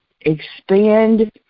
expand